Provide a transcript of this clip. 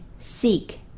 seek